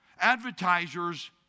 Advertisers